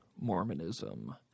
Mormonism